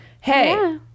hey